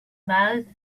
mouth